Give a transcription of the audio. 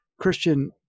Christian